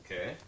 Okay